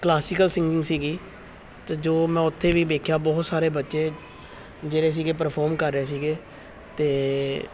classical singing ਸੀਗੀ ਅਤੇ ਜੋ ਮੈਂ ਉੱਥੇ ਵੀ ਵੇਖਿਆ ਬਹੁਤ ਸਾਰੇ ਬੱਚੇ ਜਿਹੜੇ ਸੀਗੇ ਪਰਫੋਮ ਕਰ ਰਹੇ ਸੀਗੇ ਅਤੇ